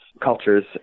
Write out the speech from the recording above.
cultures